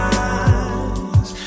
eyes